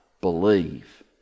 believe